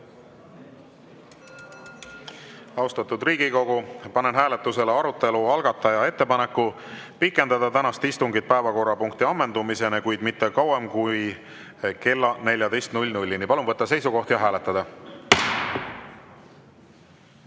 välja. Austatud Riigikogu, panen hääletusele arutelu algataja ettepaneku pikendada tänast istungit päevakorrapunkti ammendumiseni, kuid mitte kauem kui kella 14-ni. Palun võtta seisukoht ja hääletada!